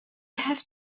have